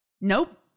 Nope